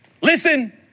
listen